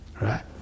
right